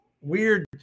weird